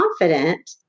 confident